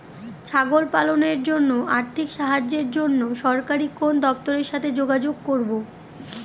ছাগল পালনের জন্য আর্থিক সাহায্যের জন্য সরকারি কোন দপ্তরের সাথে যোগাযোগ করব?